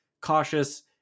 cautious